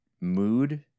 mood